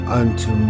unto